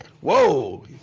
Whoa